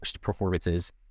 performances